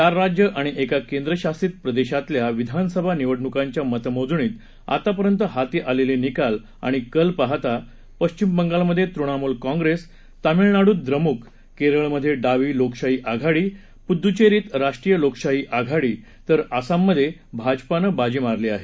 चार राज्यं आणि एका केंद्रशासित प्रदेशातल्या विधानसभा निवडणुकांच्या मतमोजणीत आतापर्यंत हाती आलेले निकाल आणि कल पाहता पश्चिम बंगालमधे तुणमूल काँप्रेस तामिळनाडूत द्रमुक केरळमधे डावी लोकशाही आघाडी पुदुच्चेरीमधे राष्ट्रीय लोकशाही आघाडी तर आसाममधे भाजपानं बाजी मारली आहे